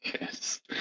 Yes